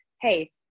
Hey